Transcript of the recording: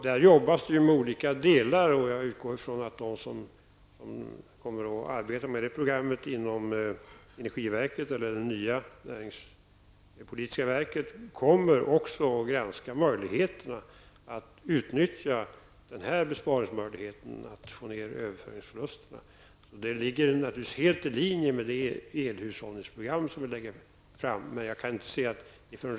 Man arbetar med olika delar, och jag utgår ifrån att de som kommer att arbeta med detta program inom energiverket eller det nya näringspolitiska verket, också kommer att granska möjligheterna att utnyttja den besparingsmöjlighet som ligger i att få ner överföringsförlusterna. Detta är naturligtvis helt i linje med det elhushållningsprogram som regeringen kommer att lägga fram.